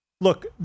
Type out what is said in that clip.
look